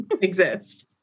exists